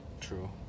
true